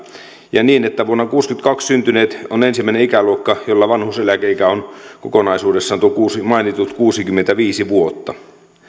niin että vuonna kuusikymmentäkaksi syntyneet on ensimmäinen ikäluokka jolla vanhuuseläkeikä on kokonaisuudessaan tuo mainittu kuusikymmentäviisi vuotta